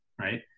right